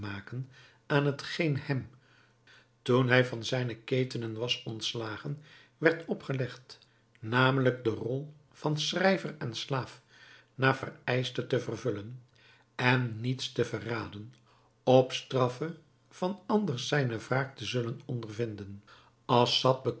maken aan hetgeen hem toen hij van zijne ketenen was ontslagen werd opgelegd namelijk den rol van schrijver en slaaf naar vereischte te vervullen en niets te verraden op straffe van anders zijne wraak te zullen ondervinden assad